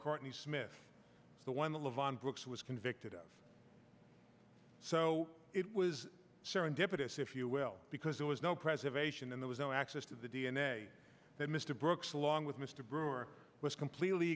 courtney smith the one the lavon brooks was convicted of so it was serendipitous if you will because there was no preservation and there was no access to the d n a that mr brooks along with mr brewer was completely